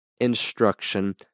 instruction